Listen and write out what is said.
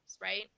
Right